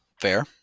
Fair